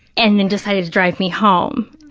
and then decided to drive me home.